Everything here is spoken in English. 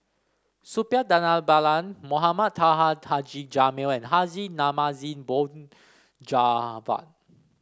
Suppiah Dhanabalan Mohamed Taha Taji Jamil and Haji Namazie Mohd Javad